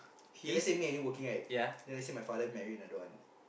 k let's say me and you working right then let's say my father marry another one